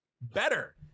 better